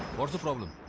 sort of the problem?